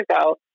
ago